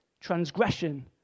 Transgression